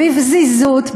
בפזיזות,